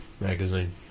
magazine